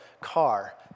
car